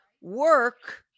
Work